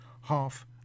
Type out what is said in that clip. half